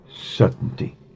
certainty